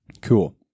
Cool